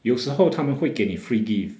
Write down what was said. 有时候他们会给你 free gift